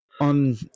on